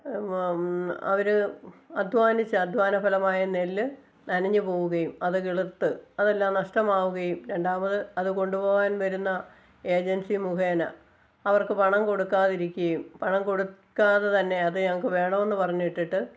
അവര് അദ്ധ്വാനിച്ച അദ്ധ്വാന ഫലമായ നെല്ല് നനഞ്ഞു പോവുകയും അത് കിളിര്ത്ത് അതെല്ലാം നഷ്ടമാവുകയും രണ്ടാമത് അത് കൊണ്ടു പോകാന് വരുന്ന ഏജന്സി മുഖേന അവര്ക്ക് പണം കൊടുക്കാതിരിക്കുകയും പണം കൊടുക്കാതെ തന്നെ അതേ ഞങ്ങൾക്ക് വേണമെന്ന് പറഞ്ഞിട്ടിട്ട്